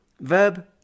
Verb